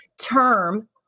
term